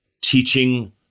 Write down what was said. teaching